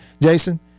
Jason